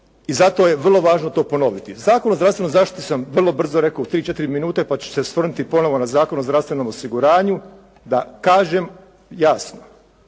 I zato je vrlo važno to ponoviti. Zakon o zdravstvenoj zaštiti sam vrlo brzo rekao u tri, četiri minute pa ću se osvrnuti ponovo na Zakon o zdravstvenom osiguranju da kažem jasno